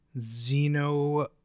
Zeno